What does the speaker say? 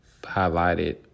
Highlighted